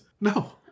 no